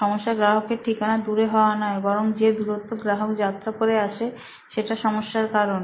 সমস্যা গ্রাহকের ঠিকানা দূরে হওয়া নয় বরং যে দূরত্ব গ্রাহক যাত্রা করে আসে সেটা সমস্যার কারণ